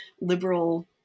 liberal